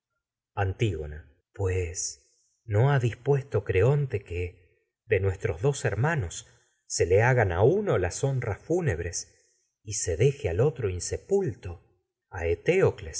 algo pues no antígona nuestros ha dispuesto creonte que le de dos hermanos se hagan a uno las honras fúnebres y se deje al otro insepulto a